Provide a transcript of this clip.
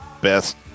best